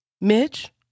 Mitch